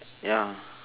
ya